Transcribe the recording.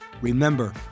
Remember